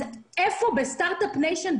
אז האם זה הגיוני שבסטרט-אפ ניישן,